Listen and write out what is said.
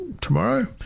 tomorrow